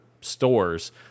stores